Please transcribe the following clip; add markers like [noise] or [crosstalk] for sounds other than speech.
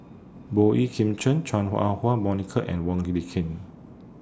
Boey Kim Cheng Chua Ah Huwa Monica and Wong [unintelligible] Ken